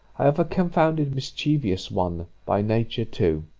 i have a confounded mischievous one by nature too,